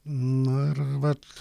na ir vat